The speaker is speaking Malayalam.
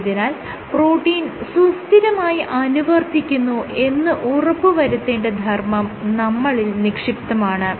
ആയതിനാൽ പ്രോട്ടീൻ സുസ്ഥിരമായി അനുവർത്തിക്കുന്നു എന്ന് ഉറപ്പുവരുത്തേണ്ട ധർമ്മം നമ്മളിൽ നിക്ഷിപ്തമാണ്